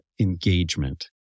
engagement